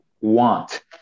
want